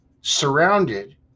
surrounded